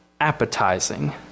appetizing